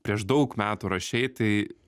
prieš daug metų rašei tai